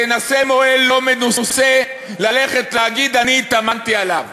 שינסה מוהל לא מנוסה ללכת ולהגיד: אני התאמנתי עליו.